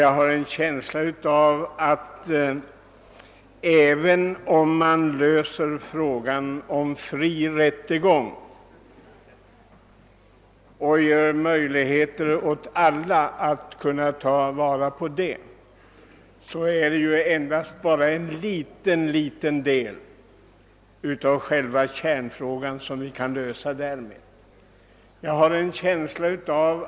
Jag har en känsla av att även om man löser frågan om fri rättegång och ger möjligheter åt alla att kunna komma med i detta avseende blir endast en mycket liten del av själva kärnfrågan löst därigenom.